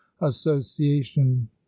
association